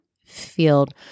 field